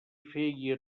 feia